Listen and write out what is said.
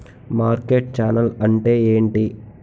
Market channel అంటే ఏంటి?